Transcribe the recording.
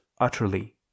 utterly